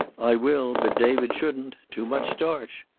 i will, but david shouldn't. too much starch.